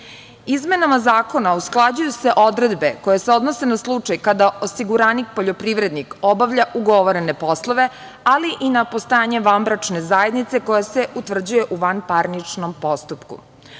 fonda. Izmenama zakona usklađuju se odredbe koje se odnose na slučaj kada osiguranik poljoprivrednik obavlja ugovorene poslove, ali i na postojanje vanbračne zajednice koje se utvrđuje u vanparničkom postupku.